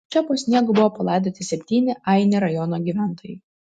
čia po sniegu buvo palaidoti septyni aini rajono gyventojai